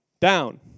down